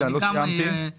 למה לא ביקשתם כמו 2020,